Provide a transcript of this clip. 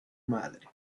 madre